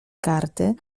karty